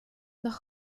noch